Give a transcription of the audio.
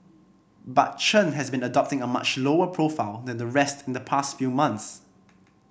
but Chen has been adopting a much lower profile than the rest in the past few months